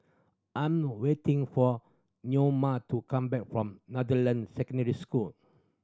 I'm waiting for to come back from Secondary School